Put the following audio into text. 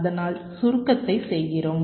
அதனால் சுருக்கத்தை செய்கிறோம்